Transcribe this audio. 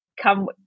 come